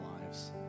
lives